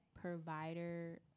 provider